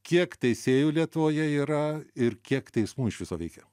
kiek teisėjų lietuvoje yra ir kiek teismų iš viso veikia